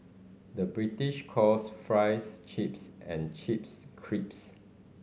the British calls fries chips and chips